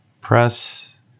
press